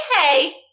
hey